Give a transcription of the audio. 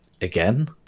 again